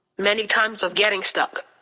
many times of getting stuck.